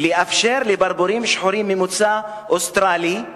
לאפשר לברבורים שחורים, ממוצא אוסטרלי,